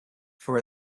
for